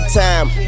time